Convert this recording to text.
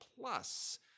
plus